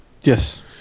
Yes